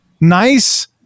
Nice